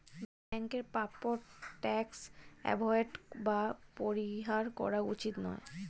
ব্যাংকের প্রাপ্য tax avoid বা পরিহার করা উচিত নয়